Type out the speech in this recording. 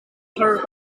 har